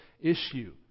issue